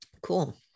Cool